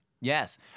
Yes